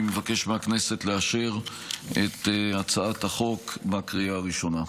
אני מבקש מהכנסת לאשר את הצעת החוק בקריאה ראשונה.